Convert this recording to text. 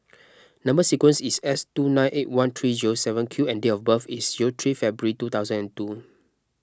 Number Sequence is S two nine eight one three zero seven Q and date of birth is zero three February two thousand and two